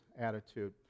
attitude